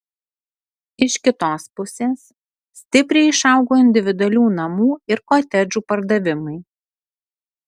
iš kitos pusės stipriai išaugo individualių namų ir kotedžų pardavimai